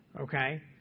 okay